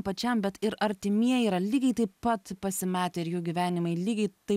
pačiam bet ir artimieji yra lygiai taip pat pasimetę ir jų gyvenimai lygiai taip